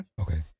Okay